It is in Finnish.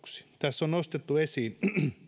tässä on nostettu esiin